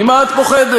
ממה את פוחדת?